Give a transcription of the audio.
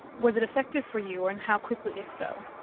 was it effective for you and how quickly, if so?